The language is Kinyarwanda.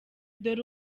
dore